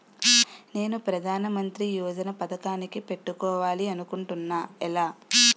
నేను ప్రధానమంత్రి యోజన పథకానికి పెట్టుకోవాలి అనుకుంటున్నా ఎలా?